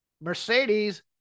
Mercedes